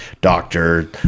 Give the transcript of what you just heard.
doctor